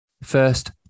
first